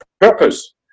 purpose